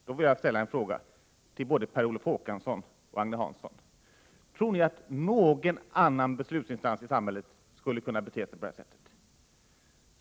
Därför får jag fråga Agne Hansson: Tror ni att någon annan beslutsinstans i samhället skulle kunna bete sig på detta sätt?